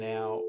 Now